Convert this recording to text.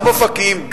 גם אופקים,